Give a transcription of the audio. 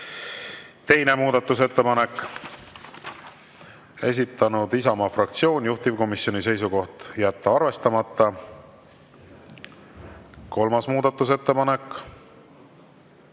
Teine muudatusettepanek, esitanud Isamaa fraktsioon, juhtivkomisjoni seisukoht: jätta arvestamata. Kolmas muudatusettepanek,